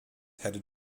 headed